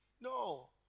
No